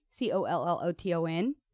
C-O-L-L-O-T-O-N